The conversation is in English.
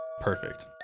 Perfect